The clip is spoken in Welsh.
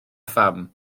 pham